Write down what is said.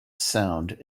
sound